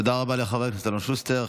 תודה רבה לחבר הכנסת אלון שוסטר.